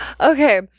Okay